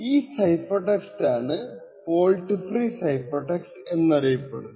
ഈ cipher text ആണ് fault free cipher text എന്നറിയപ്പെടുന്നത്